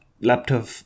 laptop